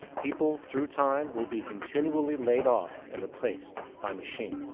people through time will be continually layed off and replaced by machine.